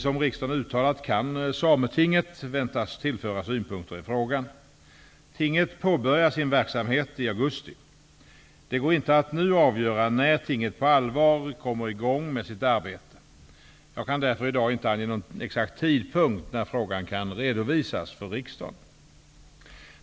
Som riksdagen uttalat kan sametinget väntas tillföra synpunkter i frågan. Tinget påbörjar sin verksamhet i augusti. Det går inte att nu avgöra när tinget på allvar kommer i gång med sitt arbete. Jag kan därför i dag inte ange någon exakt tidpunkt när frågan kan redovisas för riksdagen.